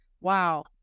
Wow